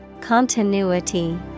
Continuity